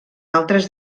altres